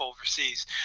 overseas